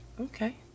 Okay